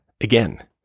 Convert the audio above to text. again